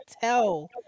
tell